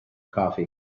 coffee